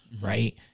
Right